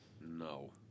No